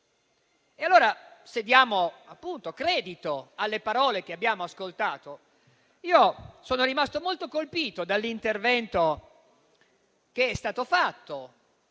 tempo. Se diamo credito alle parole che abbiamo ascoltato, io sono rimasto molto colpito dall'intervento fatto